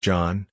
John